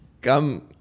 come